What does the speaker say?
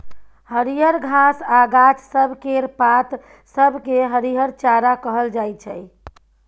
हरियर घास आ गाछ सब केर पात सब केँ हरिहर चारा कहल जाइ छै